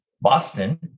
Boston